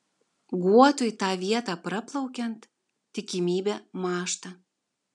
guotui tą vietą praplaukiant tikimybė mąžta